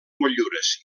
motllures